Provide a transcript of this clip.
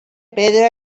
pedra